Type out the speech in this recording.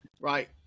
right